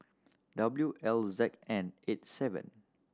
W L Z N eight seven